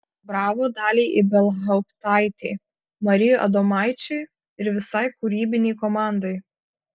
bravo daliai ibelhauptaitei marijui adomaičiui ir visai kūrybinei komandai